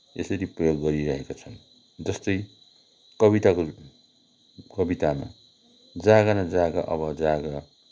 यसरी प्रयोग गरिरहेका छन् जस्तै कविताको कवितामा जाग न जाग अब जाग